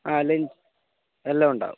ആ ലഞ്ച് എല്ലാം ഉണ്ടാവും